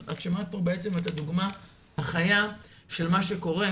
את שמעת פה בעצם את הדוגמא החיה של מה שקורה.